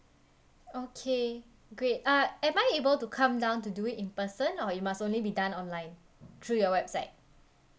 okay great uh am I able to come down to do it in person or it must only be done online through your website